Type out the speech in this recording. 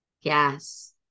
Yes